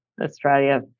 Australia